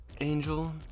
Angel